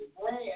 brand